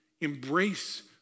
embrace